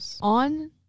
On